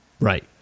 Right